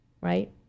right